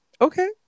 okay